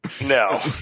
no